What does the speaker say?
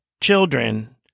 children